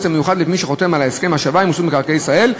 המיוחד למי שחותם על הסכם השבה עם רשות מקרקעי ישראל,